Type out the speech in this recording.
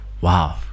Wow